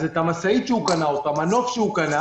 לכן את המשאית שהוא קנה או את המנוף שהוא קנה,